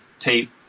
tape